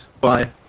Bye